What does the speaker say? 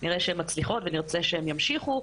נראה שהן מצליחות ונרצה שהן ימשיכו,